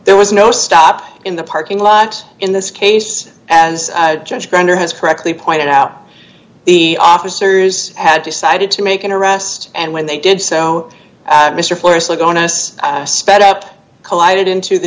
there was no stop in the parking lot in this case as judge grindr has correctly pointed out the officers had decided to make an arrest and when they did so mr forrest logo on us i sped up collided into the